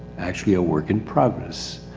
actually a work in progress,